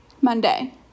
Monday